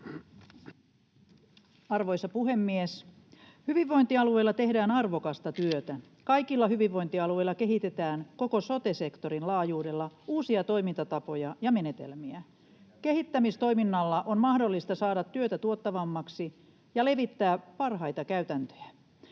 Arvoisa puhemies! Hyvinvointialueilla tehdään arvokasta työtä. Kaikilla hyvinvointialueilla kehitetään koko sote-sektorin laajuudella uusia toimintatapoja ja ‑menetelmiä. Kehittämistoiminnalla on mahdollista saada työtä tuottavammaksi ja levittää parhaita käytäntöjä.